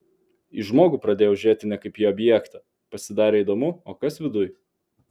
į žmogų pradėjau žiūrėti ne kaip į objektą pasidarė įdomu o kas viduj